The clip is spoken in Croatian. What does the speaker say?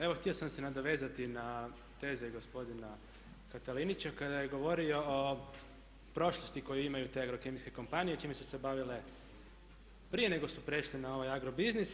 Evo htio sam se nadovezati na teze gospodina Katalinića kada je govorio o prošlosti koje imaju te agrokemijske kompanije čime su se bavile prije nego što su prešle na ovaj agrobinis.